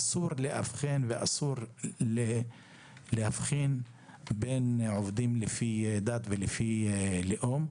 אסור לאבחן ואסור להבחין בין עובדים לפי דת ולפי לאום.